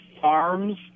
farms